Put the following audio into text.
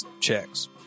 checks